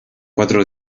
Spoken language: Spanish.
cuatro